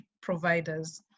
providers